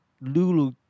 Lulu